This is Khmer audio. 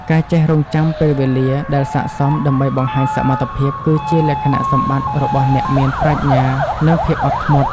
ការចេះរង់ចាំពេលវេលាដែលសាកសមដើម្បីបង្ហាញសមត្ថភាពគឺជាលក្ខណៈសម្បត្តិរបស់អ្នកមានប្រាជ្ញា និង ភាពអត់ធ្មត់។